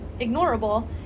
ignorable